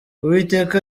uwiteka